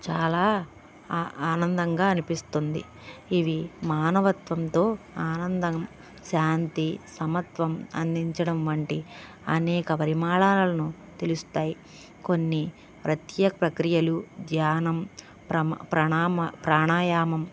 చాలా ఆ ఆనందంగా అనిపిస్తుంది ఇవి మానవత్వంతో ఆనందం శాంతి సమత్వం అందించడం వంటి అనేక పరిమాణాలను తెలుస్తాయి కొన్ని ప్రత్యేక ప్రక్రియలు ధ్యానం ప్రమ ప్రణామ ప్రాణాయామం